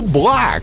Black